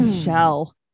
Shell